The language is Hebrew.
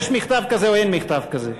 יש מכתב כזה או אין מכתב כזה?